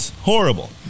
Horrible